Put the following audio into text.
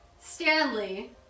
Stanley